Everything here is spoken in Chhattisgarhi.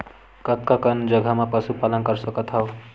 कतका कन जगह म पशु पालन कर सकत हव?